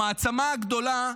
המעצמה הגדולה,